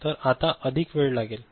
तर आता अधिक वेळ लागेल